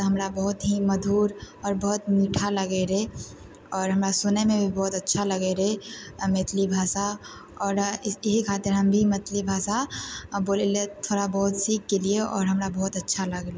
तऽ हमरा बहुत ही मधुर आओर बहुत मीठा लागै रहै आओर हमरा सुनैमे भी बहुत अच्छा लागै रहै मैथिली भाषा आओर इएह खातिर हम भी मैथिली भाषा बोलैलए थोड़ा बहुत सीख गेलिए आओर हमरा बहुत अच्छा लागलै